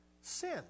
sin